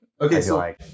Okay